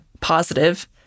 positive